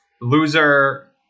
Loser